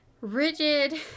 Rigid